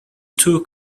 two